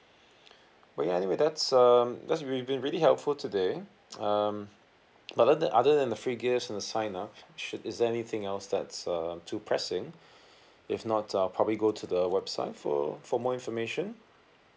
well ya anyway that's um that's been you've been really helpful today um but then other than the free gifts on the sign up should is there anything else that's um to pressing if not I'll probably go to the website for for more information